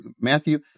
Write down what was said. Matthew